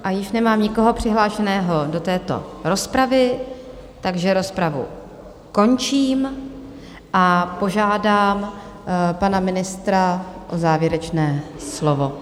A již nemám nikoho přihlášeného do této rozpravy, takže rozpravu končím a požádám pana ministra o závěrečné slovo.